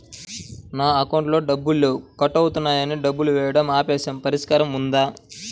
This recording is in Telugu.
నా అకౌంట్లో డబ్బులు లేవు కట్ అవుతున్నాయని డబ్బులు వేయటం ఆపేసాము పరిష్కారం ఉందా?